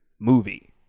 movie